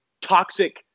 toxic